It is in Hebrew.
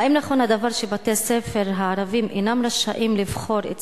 1. האם נכון הדבר שבתי-הספר הערביים אינם רשאים לבחור את